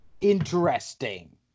interesting